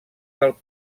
del